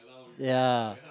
ya